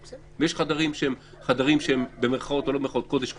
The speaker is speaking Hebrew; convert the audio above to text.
יש חדרים שהם, במירכאות, קודש קודשים,